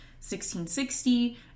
1660